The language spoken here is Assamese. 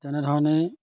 তেনেধৰণে